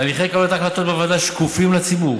הליכי קבלת ההחלטות בוועדה שקופים לציבור,